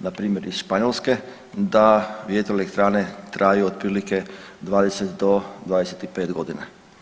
npr. iz Španjolske da vjetroelektrane traju otprilike 20 do 25 godina.